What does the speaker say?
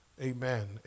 Amen